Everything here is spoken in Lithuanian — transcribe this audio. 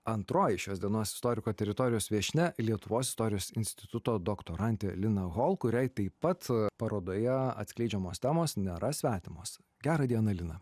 antroji šios dienos istoriko teritorijos viešnia lietuvos istorijos instituto doktorantė lina hol kuriai taip pat parodoje atskleidžiamos temos nėra svetimos gerą dieną lina